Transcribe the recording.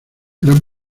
gran